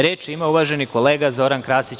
Reč ima uvaženi kolega Zoran Krasić.